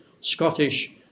Scottish